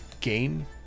game